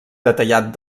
detallat